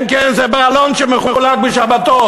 כן, כן, זה בעלון שמחולק בשבתות.